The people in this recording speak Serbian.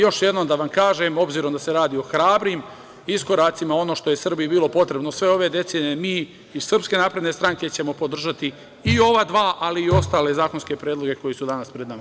Još jednom da vam kažem, obzirom da se radi o hrabrim iskoracima, ono što je Srbiji bilo potrebno sve ove decenije, mi iz SNS ćemo podržati i ova dva, ali i ostale zakonske predloge koji su danas pred nama.